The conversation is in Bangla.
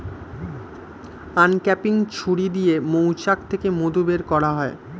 আনক্যাপিং ছুরি দিয়ে মৌচাক থেকে মধু বের করা হয়